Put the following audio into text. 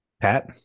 Pat